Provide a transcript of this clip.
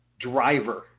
driver